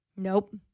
Nope